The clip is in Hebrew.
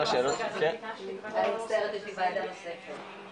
תגדירי את מדדי ההצלחה או לא?